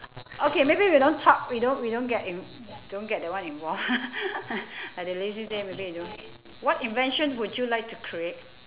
okay maybe we don't talk we don't we don't get in~ don't get that one involved like the say maybe we don't what invention would you like to create